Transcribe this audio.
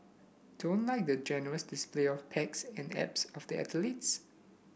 don't like the gorgeous display of pecs and abs of the athletes